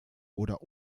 oder